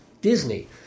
Disney